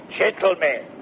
gentlemen